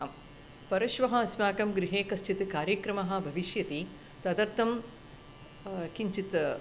आं परश्वः अस्माकं गृहे कश्चित् कार्यक्रमः भविष्यति तदर्थं किञ्चित्